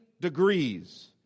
degrees